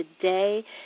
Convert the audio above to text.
today